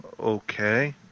okay